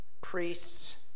priest's